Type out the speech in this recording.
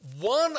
One